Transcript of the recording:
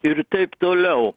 ir taip toliau